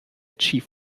chief